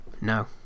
No